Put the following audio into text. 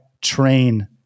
train